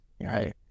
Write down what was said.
Right